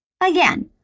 Again